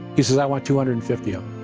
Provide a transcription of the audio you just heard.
he said, i want two hundred and fifty of